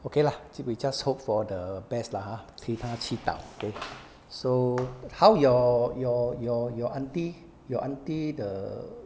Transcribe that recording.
okay lah so we just hope for the best lah 替她祈祷 okay so how your your your your auntie your auntie the